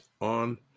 on